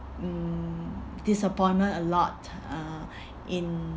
mm disappointment a lot uh in